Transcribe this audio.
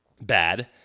bad